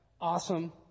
Awesome